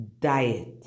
diet